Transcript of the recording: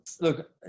look